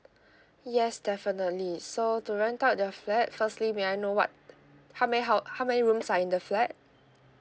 yes definitely so to rent out the flat firstly may I know what how may hou~ how many rooms are in the flat